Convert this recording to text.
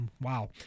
wow